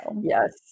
Yes